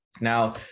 Now